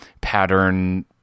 pattern